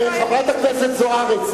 חברת הכנסת זוארץ,